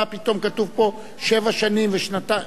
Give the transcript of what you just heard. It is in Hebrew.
מה פתאום כתוב פה שבע שנים ושנתיים?